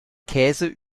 käse